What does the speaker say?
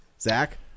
Zach